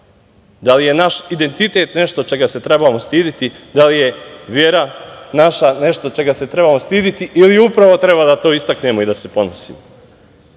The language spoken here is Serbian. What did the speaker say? Da li je naš identitet nešto čega se trebamo stideti? Da li je vera naša nešto čega se trebamo stideti ili upravo treba to da to istaknemo i da se ponosimo? Ja